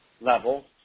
level